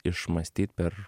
išmąstyt per